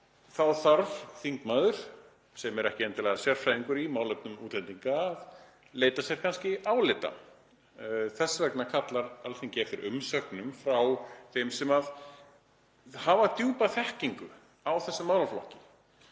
þá þarf þingmaður sem er ekki endilega sérfræðingur í málefnum útlendinga að leita sér kannski álita. Þess vegna kallar Alþingi eftir umsögnum frá þeim sem hafa djúpa þekkingu á þessum málaflokki